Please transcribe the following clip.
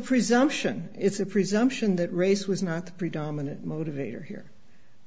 presumption it's a presumption that race was not the predominant motivator here